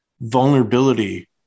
vulnerability